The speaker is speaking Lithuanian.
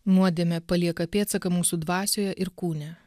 nuodėmė palieka pėdsaką mūsų dvasioje ir kūne